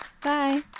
bye